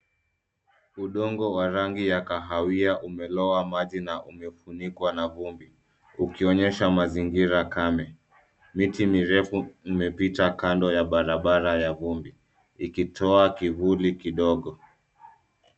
Udongo wa rangi ya kahawia umelowa maji na umefunikwa na vumbi, ukionyesha mazingira kame. Miti mirefu imepita kando ya barabara ya vumbi, ikitoa kivuli kidogo.